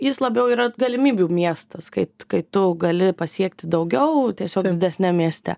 jis labiau yra galimybių miestas kai kai tu gali pasiekti daugiau tiesiog didesniam mieste